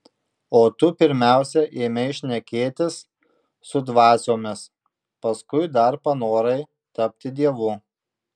o tu pirmiausia ėmei šnekėtis su dvasiomis paskui dar panorai tapti dievu